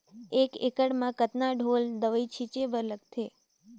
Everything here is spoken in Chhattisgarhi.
एक एकड़ म कतका ढोल दवई छीचे बर लगथे?